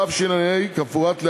התשע"ה 2015, כמפורט להלן: